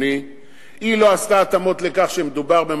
היא לא עשתה התאמות לכך שמדובר בשוק ראשוני,